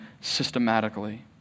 systematically